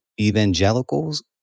evangelicals